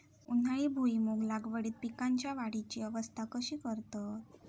उन्हाळी भुईमूग लागवडीत पीकांच्या वाढीची अवस्था कशी करतत?